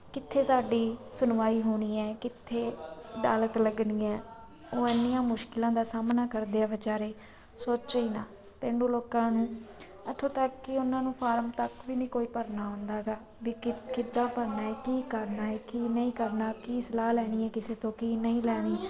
ਕਿੱਥੇ ਸਾਡੀ ਸੁਣਵਾਈ ਹੋਣੀ ਹੈ ਕਿੱਥੇ ਅਦਾਲਤ ਲੱਗਣੀ ਹੈ ਉਹ ਇੰਨੀਆਂ ਮੁਸ਼ਕਿਲਾਂ ਦਾ ਸਾਹਮਣਾ ਕਰਦੇ ਆ ਵਿਚਾਰੇ ਸੋਚੋ ਹੀ ਨਾ ਪੇਂਡੂ ਲੋਕਾਂ ਨੂੰ ਇੱਥੋਂ ਤੱਕ ਕਿ ਉਹਨਾਂ ਨੂੰ ਫਾਰਮ ਤੱਕ ਵੀ ਨਹੀਂ ਕੋਈ ਭਰਨਾ ਆਉਂਦਾ ਹੈਗਾ ਵੀ ਕਿ ਕਿੱਦਾਂ ਭਰਨਾ ਕੀ ਕਰਨਾ ਹੈ ਕੀ ਨਹੀਂ ਕਰਨਾ ਕੀ ਸਲਾਹ ਲੈਣੀ ਹੈ ਕਿਸੇ ਤੋਂ ਕੀ ਨਹੀਂ ਲੈਣੀ